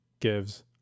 Gives